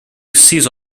cease